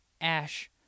Ash